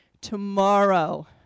tomorrow